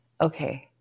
Okay